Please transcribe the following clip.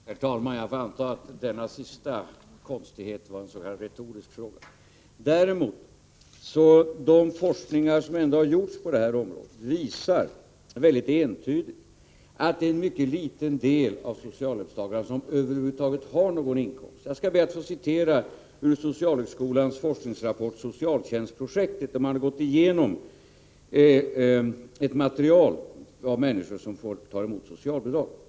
Herr talman! Jag antar att denna sista konstighet är en s.k. retorisk fråga. Det har ju ändå förekommit forskning på detta område och denna visar väldigt entydigt att det endast är en mycket liten andel av socialhjälpstagarna som har någon inkomst över huvud taget. Jag ber att få återge något ur socialhögskolans forskningsrapport Socialtjänstprojektet. Man har där gått igenom ett material med uppgifter om människor som måste ta emot socialbidrag.